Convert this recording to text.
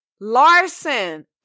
Larson